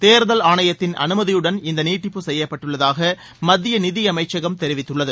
தேர்தல் ஆணையத்தின் அனுமதியுடன் இந்த நீட்டிப்பு செப்யப்பட்டுள்ளதாக மத்திய நிதியமைச்சகம் தெரிவித்துள்ளது